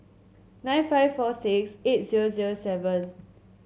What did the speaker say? nine five four six eight zero zero seven